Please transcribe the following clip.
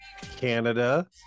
Canada